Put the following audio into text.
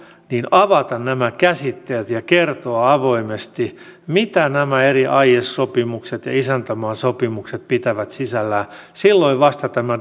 avata nämä käsitteet ja kertoa avoimesti mitä nämä eri aiesopimukset ja isäntämaasopimukset pitävät sisällään silloin vasta tämä